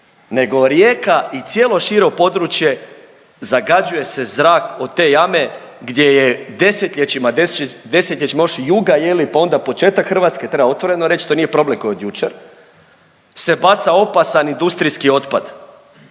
nego Rijeka i cijelo šire područje zagađuje se zrak od te jame gdje je 10-ljećima, 10-ljećima, još i Juga je li, pa onda početak Hrvatske, treba otvoreno reć, to nije problem koji je od jučer, se baca opasan industrijski otpad,